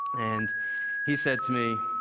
and he said to me,